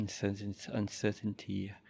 uncertainty